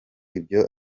ibyo